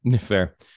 Fair